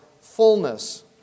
fullness